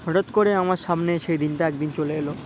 হঠাৎ করে আমার সামনে সেই দিনটা একদিন চলে এলো